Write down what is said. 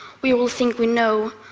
we all think we know,